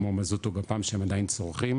כמו מזוט או גפ"מ שהם עדיין צורכים,